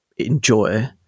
enjoy